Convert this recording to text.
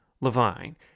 Levine